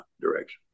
direction